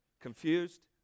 confused